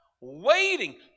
waiting